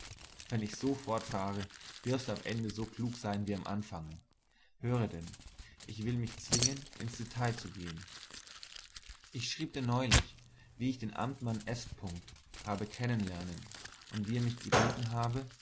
wenn ich so fortfahre wirst du am ende so klug sein wie am anfange höre denn ich will mich zwingen ins detail zu gehen ich schrieb dir neulich wie ich den amtmann s habe kennen lernen und wie er mich gebeten habe